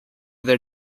their